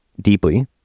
deeply